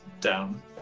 down